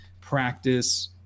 practice